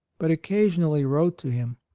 but occasionally wrote to him.